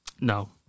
No